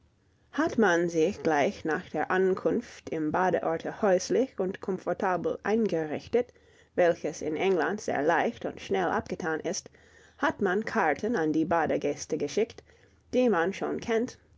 hat man sich gleich nach der ankunft im badeorte häuslich und komfortabel eingerichtet welches in england sehr leicht und schnell abgetan ist hat man karten an die badegäste geschickt die man schon kennt